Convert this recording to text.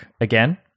again